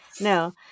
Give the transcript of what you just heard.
No